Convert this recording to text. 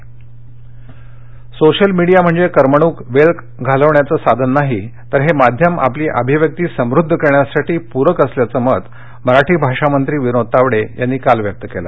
विनोद Tawde social media म्हणजे करमणूक वेळ घालवण्याचं साधन नाही तर हे माध्यम आपली अभिव्यक्ती समुद्ध करण्यासाठी पूरक असल्याचं मत मराठी भाषा मंत्री विनोद तावडे यांनी काल व्यक्त केलं